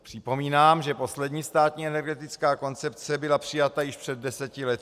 Připomínám, že poslední státní energetická koncepce byla přijata již před deseti lety.